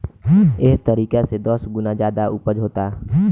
एह तरीका से दस गुना ज्यादे ऊपज होता